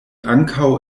ankaŭ